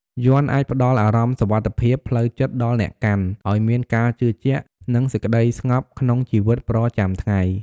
យន្តអាចផ្ដល់អារម្មណ៍សុវត្ថិភាពផ្លូវចិត្តដល់អ្នកកាន់ ឲ្យមានការជឿជាក់ និងសេចក្តីស្ងប់ក្នុងជីវិតប្រចាំថ្ងៃ។